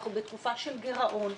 אנחנו בתקופה של גרעון.